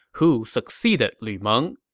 who succeeded lu meng.